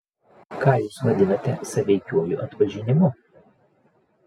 ką jūs vadinate sąveikiuoju atpažinimu